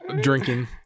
drinking